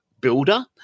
builder